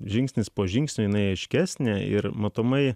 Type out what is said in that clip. žingsnis po žingsnio jinai aiškesnė ir matomai